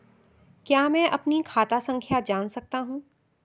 क्या मैं अपनी खाता संख्या जान सकता हूँ?